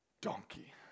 donkey